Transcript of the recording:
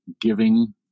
giving